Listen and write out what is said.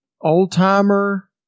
old-timer